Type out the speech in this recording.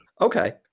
Okay